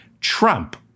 Trump